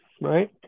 right